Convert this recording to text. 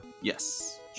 Yes